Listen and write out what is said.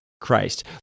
Christ